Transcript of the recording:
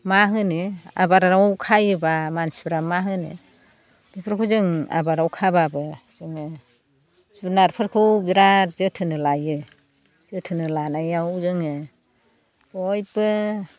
मा होनो आबाराव खायोबा मानसिफ्रा मा होनो बेफोरखौ जों आबाराव खाबाबो जोङो जुनारफोरखौ बिराथ जोथोन लायो जोथोन लानायाव जोङो बयबो